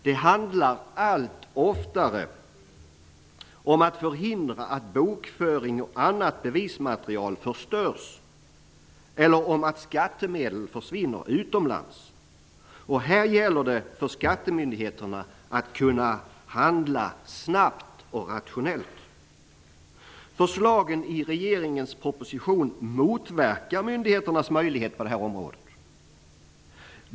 Det handlar allt oftare om att förhindra att bokföring och annat bevismaterial förstörs eller om att skattemedel försvinner utomlands. Här gäller det för skattemyndigheterna att kunna handla snabbt och rationellt. Förslagen i regeringens proposition motverkar myndigheternas möjligheter på detta område.